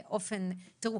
תראו,